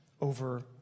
over